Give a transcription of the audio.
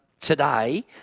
today